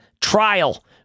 trial